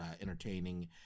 entertaining